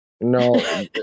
No